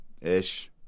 Ish